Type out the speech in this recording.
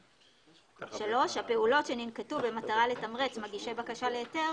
(3) הפעולות שננקטו במטרה לתמרץ מגישי בקשה להיתר